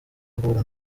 ahura